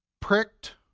pricked